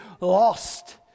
lost